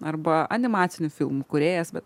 arba animacinių filmų kūrėjas bet